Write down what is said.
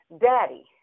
daddy